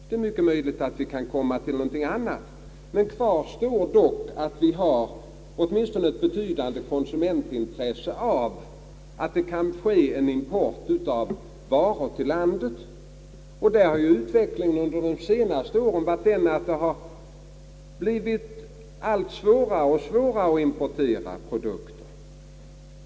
Det är mycket möjligt att man kan komma till något annat resultat, men kvar står att vi har åtminstone ett betydande konsumentintresse av att det kan ske en import av livsmedelsvaror till landet. Under de senaste åren har det till följd av produktionsutvecklingen blivit allt svårare att importera jordbruksprodukter.